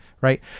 right